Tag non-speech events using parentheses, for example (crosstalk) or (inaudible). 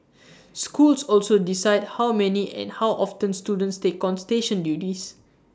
(noise) schools also decide how many and how often students take on station duties